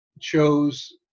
chose